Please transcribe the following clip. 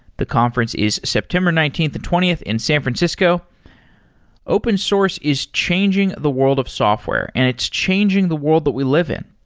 the conference is september nineteenth and twentieth in san francisco open source is changing the world of software and it's changing the world that we live in.